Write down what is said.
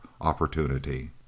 opportunity